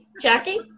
Jackie